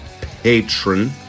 patron